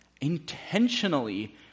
intentionally